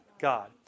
God